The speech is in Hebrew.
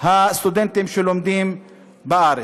הסטודנטים שלומדים בארץ.